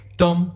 dum